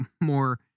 more